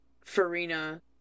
Farina